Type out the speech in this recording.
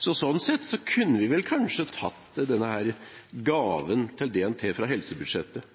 så sånn sett kunne vi kanskje tatt denne gaven til DNT